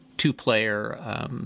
two-player